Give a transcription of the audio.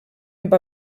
amb